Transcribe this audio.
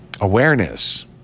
awareness